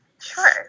Sure